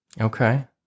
Okay